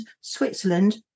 Switzerland